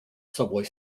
subway